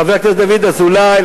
חבר הכנסת דוד אזולאי,